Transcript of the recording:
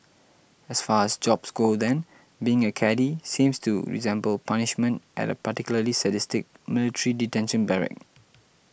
as far as jobs go then being a caddie seems to resemble punishment at a particularly sadistic military detention barrack